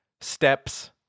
steps